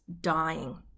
dying